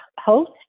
host